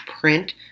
print